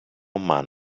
man